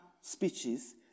speeches